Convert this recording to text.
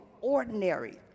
ordinary